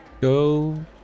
go